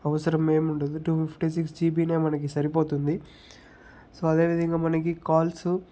అవసరం ఏముండదు two fifty six జీబీనే మనకి సరిపోతుంది సో అదేవిధంగా మనకి కాల్స్